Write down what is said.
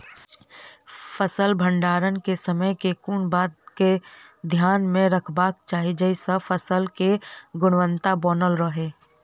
फसल भण्डारण केँ समय केँ कुन बात कऽ ध्यान मे रखबाक चाहि जयसँ फसल केँ गुणवता बनल रहै?